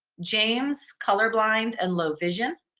james, color blind and low vision,